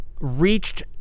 reached